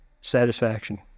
satisfaction